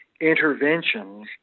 interventions